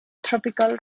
tropical